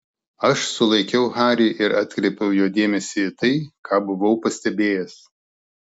aš sulaikiau harį ir atkreipiau jo dėmesį į tai ką buvau pastebėjęs